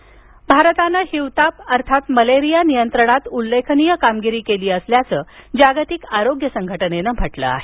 मुलेरिया भारतानं हिवताप अर्थात मलेरिया नियंत्रणात उल्लेखनीय काम केलं असल्याचं जागतिक आरोग्य संघटनेनं म्हटलं आहे